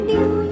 New